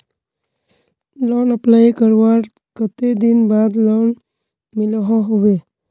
Loan apply करवार कते दिन बाद लोन मिलोहो होबे?